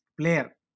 Player